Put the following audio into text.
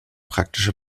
praktische